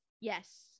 yes